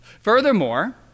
Furthermore